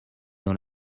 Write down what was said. dans